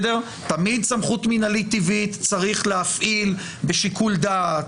תמיד סמכות מינהלית טבעית צריך להפעיל בשיקול דעת,